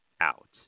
out